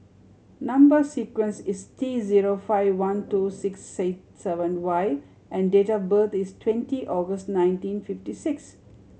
number sequence is T zero five one two six seven Y and date of birth is twenty August nineteen fifty six